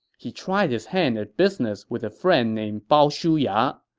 he tried his hand at business with a friend named bao shuya.